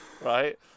Right